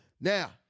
Now